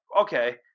okay